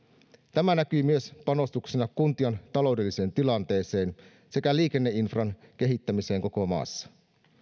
tämä näkyy myös panostuksena kuntien taloudelliseen tilanteeseen sekä liikenneinfran kehittämiseen koko maassa